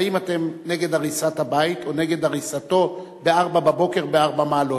האם אתם נגד הריסת הבית או נגד הריסתו ב-04:00 ב-4 מעלות?